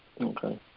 Okay